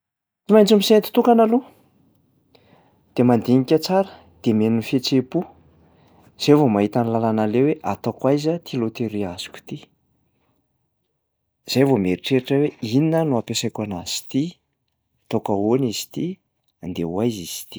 Tsy maintsy misento tokana aloha. De mandinika tsara de mihaino ny fihetseham-po, zay vao mahita ny làlana aleha hoe ataoko aiza ity loteria azoko ity? Zay vao mieritreritra hoe inona no ampiasaiko anazy ity? Ataoko ahoana izy ity? Andeha ho aiza izy ty?